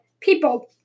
people